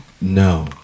No